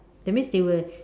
that means they will